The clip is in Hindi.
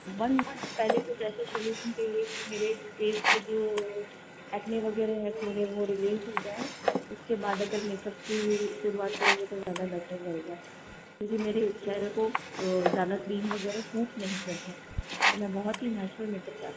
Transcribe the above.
वन मंथ पहले कुछ ऐसे सॉलूशन्स चाहिए की मेरे फेस पर जो एक्ने वगैरह है थोड़े वो रिलीज़ हो जाये उसके बाद अगर मेकअप की शुरुवात करेंगे तो ज़्यादा बेटर रहेगा क्योंकि मेरे चेहरे को ज़्यादा क्रीम वगैरह सूट नहीं करता मैं बहुत ही नैचुरल मेकअप चाहती हूँ